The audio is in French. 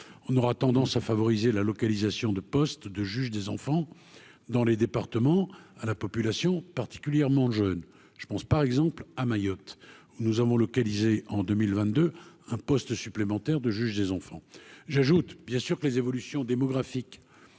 on aura tendance à favoriser la localisation de poste de juge des enfants dans les départements à la population particulièrement jeunes, je pense par exemple à Mayotte, nous avons localisé en 2022 hein postes supplémentaires de juge des enfants, j'ajoute bien sûr que les évolutions démographiques